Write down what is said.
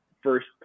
first